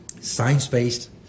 science-based